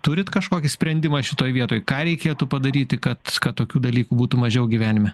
turit kažkokį sprendimą šitoj vietoj ką reikėtų padaryti kad tokių dalykų būtų mažiau gyvenime